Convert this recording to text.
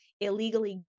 illegally